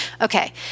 Okay